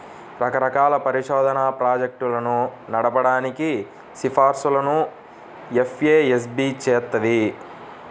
రకరకాల పరిశోధనా ప్రాజెక్టులను నడపడానికి సిఫార్సులను ఎఫ్ఏఎస్బి చేత్తది